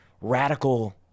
radical